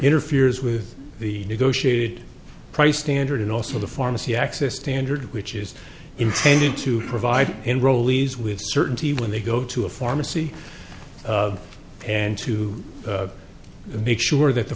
interferes with the negotiated price standard and also the pharmacy access to entered which is intended to provide enrollees with certainty when they go to a pharmacy and to make sure that the